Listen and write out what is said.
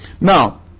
Now